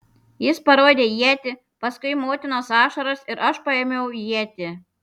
jis parodė ietį paskui motinos ašaras ir aš paėmiau ietį